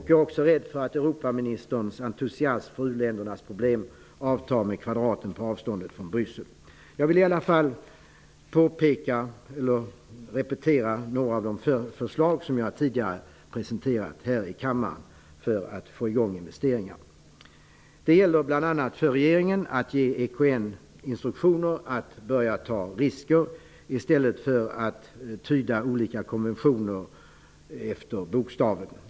Vidare är jag rädd för att Europaministerns entusiasm för u-ländernas problem avtar med kvadraten på avståndet från Bryssel. Men jag vill i alla fall repetera några av de förslag för att få i gång investeringarna som jag har presenterat tidigare här i kammaren. Bl.a. gäller det för regeringen att ge EKN instruktioner om att börja ta risker i stället för att tyda olika konventioner efter bokstaven.